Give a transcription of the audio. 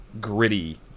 gritty